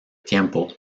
tiempo